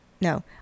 no